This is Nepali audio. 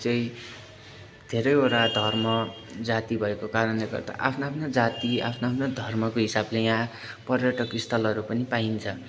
चाहिँ धेरैवटा धर्म जाति भएको कारणले गर्दा आफ्ना आफ्ना जाति आफ्ना आफ्ना धर्मको हिसाबले यहाँ पर्यटक स्थलहरू पनि पाइन्छ